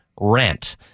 rent